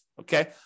Okay